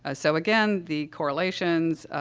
ah so, again, the correlations,